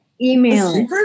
email